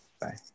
Bye